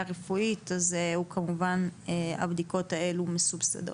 רפואית כמובן שהבדיקות האלה מסובסדות.